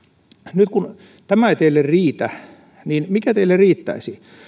nyt kun tämä ei teille riitä niin mikä teille riittäisi